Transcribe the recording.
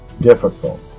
difficult